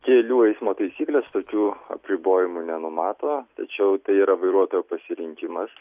kelių eismo taisyklės tokių apribojimų nenumato tačiau tai yra vairuotojo pasirinkimas